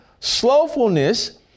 Slowfulness